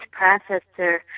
processor